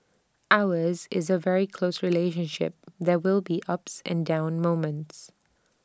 ours is A very close relationship there will be ups and down moments